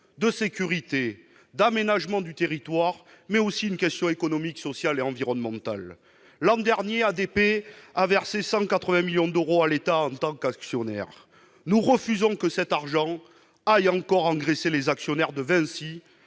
de sécurité, d'aménagement du territoire, mais aussi une question économique, sociale et environnementale. L'an dernier, ADP a versé 180 millions d'euros à l'État en tant qu'actionnaire. Nous refusons que cet argent aille engraisser les actionnaires de Vinci,